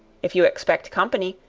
if you expect company,